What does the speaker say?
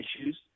issues